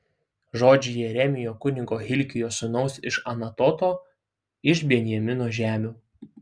žodžiai jeremijo kunigo hilkijo sūnaus iš anatoto iš benjamino žemių